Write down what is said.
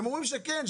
הם אומרים שכן,